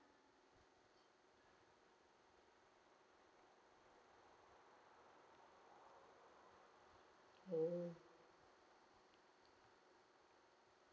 oh